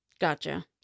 Gotcha